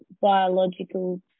biological